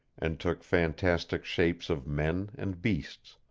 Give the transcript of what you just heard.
and took fantastic shapes of men and beasts.